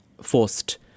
forced